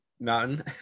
mountain